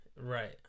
Right